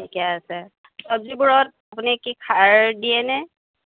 ঠিকে আছে চবজিবোৰত আপুনি কি সাৰ দিয়েনে